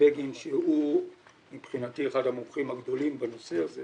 בגין שהוא מבחינתי אחד המומחים הגדולים בנושא הזה